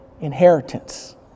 inheritance